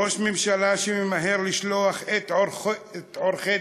ראש ממשלה שממהר לשלוח את עורכי-דינו